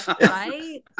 Right